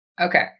Okay